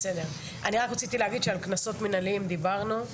רציתי להגיד שעל קנסות מינהליים דיברנו.